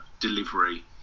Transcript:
delivery